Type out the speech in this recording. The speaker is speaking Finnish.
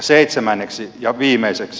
seitsemänneksi ja viimeiseksi